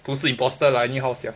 不是 impostor lah anyhow sia